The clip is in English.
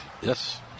Yes